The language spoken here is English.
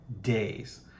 days